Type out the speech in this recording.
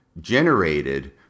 generated